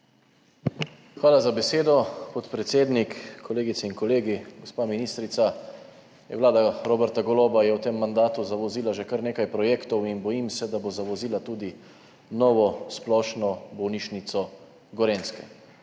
Hvala za besedo, podpredsednik. Kolegice in kolegi, gospa ministrica! Vlada Roberta Goloba je v tem mandatu zavozila že kar nekaj projektov in bojim se, da bo zavozila tudi novo splošno bolnišnico Gorenjske.